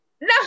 No